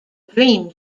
dream